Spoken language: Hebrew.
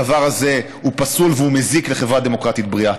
הדבר הזה הוא פסול והוא מזיק לחברה דמוקרטית בריאה.